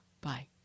Bye